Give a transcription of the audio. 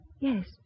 Yes